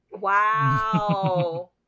Wow